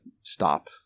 Stop